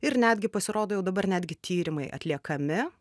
ir netgi pasirodo jau dabar netgi tyrimai atliekami